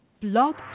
Blog